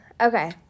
Okay